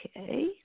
Okay